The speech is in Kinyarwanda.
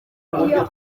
iyo